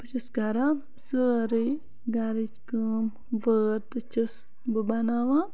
بہٕ چھَس کَران سٲری گَرٕچ کٲم وٲر تہِ چھَس بہٕ بَناوان